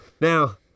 Now